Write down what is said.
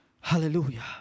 Hallelujah